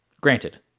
granted